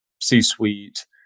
C-suite